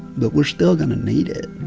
but we're still going to need it